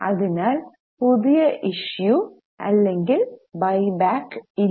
അതിനാൽ പുതിയ ഇഷ്യൂ അല്ലെങ്കിൽ ബയ് ബാക്ക് ഇല്ല